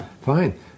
fine